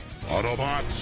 Autobots